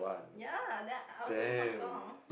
ya then I was in Hong-Kong